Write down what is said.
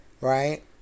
right